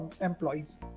employees